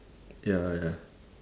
ya ya